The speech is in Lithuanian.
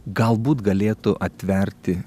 galbūt galėtų atverti